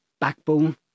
backbone